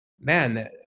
man